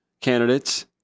candidates